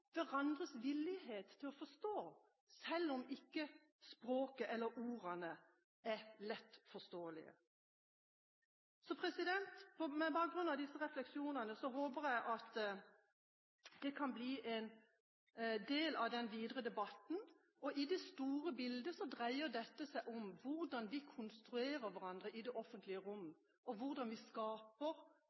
hverandres villighet til å forstå, selv om ikke språket eller ordene er lett forståelige. Disse refleksjonene håper jeg kan bli en del av den videre debatten. I det store bildet dreier dette seg om hvordan vi konstruerer hverandre i det offentlige rom, og om hvordan vi